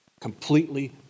completely